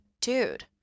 dude